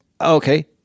okay